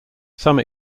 some